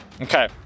Okay